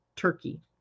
turkey